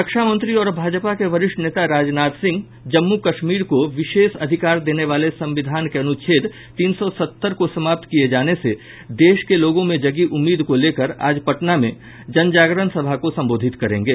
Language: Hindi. रक्षामंत्री और भाजपा के वरिष्ठ नेता राजनाथ सिंह जम्मू कश्मीर को विशेष अधिकार देने वाले संविधान के अनुच्छेद तीन सौ सत्तर को समाप्त किये जाने से देश के लोगों में जगी उम्मीद को लेकर आज पटना में जनजागरण सभा को संबोधित करेंगे